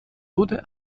wurde